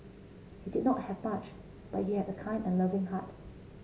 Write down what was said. he did not have much but he had a kind and loving heart